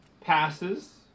passes